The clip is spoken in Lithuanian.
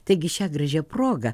taigi šia gražia proga